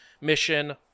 mission